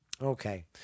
okay